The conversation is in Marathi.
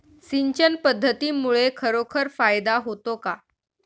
सिंचन पद्धतीमुळे खरोखर फायदा होतो का?